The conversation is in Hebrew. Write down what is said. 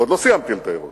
עוד לא סיימתי לתאר אותו,